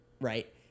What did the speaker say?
Right